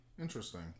Interesting